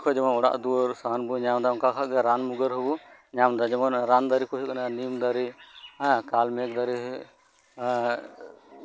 ᱫᱟᱨᱮᱹ ᱠᱷᱚᱱ ᱡᱮᱢᱚᱱ ᱚᱲᱟᱜ ᱫᱩᱣᱟᱹᱨ ᱥᱟᱦᱟᱱ ᱵᱚᱱ ᱧᱟᱢ ᱮᱫᱟ ᱚᱱᱠᱟ ᱠᱷᱟᱱᱜᱮ ᱨᱟᱱ ᱢᱩᱨᱜᱟᱹᱱ ᱠᱚᱵᱚᱱ ᱧᱟᱢ ᱮᱫᱟ ᱡᱮᱢᱚᱱ ᱨᱟᱱ ᱫᱟᱨᱮᱹ ᱠᱚ ᱦᱳᱭᱳᱜ ᱠᱟᱱᱟ ᱱᱤᱢ ᱫᱟᱨᱮ ᱠᱟᱞᱢᱮᱜᱽ ᱫᱟᱨᱮᱹ ᱟᱨ